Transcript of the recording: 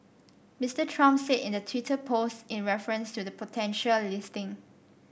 Mister Trump said in the Twitter post in reference to the potential listing